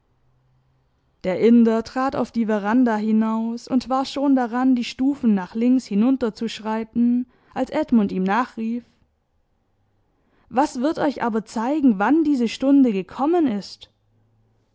der inder trat auf die veranda hinaus und war schon daran die stufen nach links hinunter zu schreiten als edmund ihm nachrief was wird euch aber zeigen wann diese stunde gekommen ist